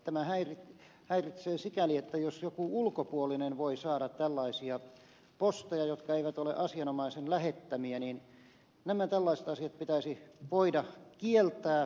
tämä häiritsee sikäli jos joku ulkopuolinen voi saada tällaisia posteja jotka eivät ole asianomaisen lähettämiä ja nämä tällaiset asiat pitäisi voida kieltää